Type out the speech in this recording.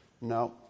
No